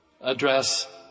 address